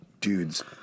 dudes